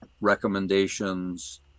recommendations